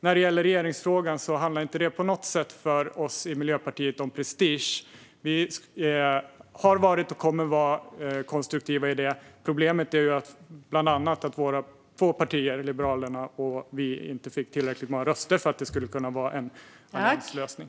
När det gäller regeringsfrågan handlar det för oss i Miljöpartiet inte på något sätt om prestige; vi har varit och kommer att vara konstruktiva i detta. Problemet är bland annat att våra båda partier, Liberalerna och Miljöpartiet, inte fick tillräckligt många röster för att det skulle kunna bli en allianslösning.